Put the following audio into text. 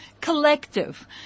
Collective